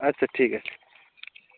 আচ্ছা ঠিক আছে